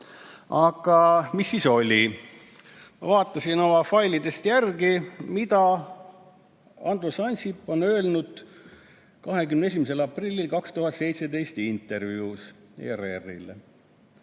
Aga mis siis oli? Ma vaatasin oma failidest järele, mida ütles Andrus Ansip 21. aprillil 2017 intervjuus ERR-ile.